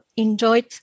enjoyed